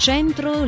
Centro